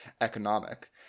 economic